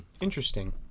interesting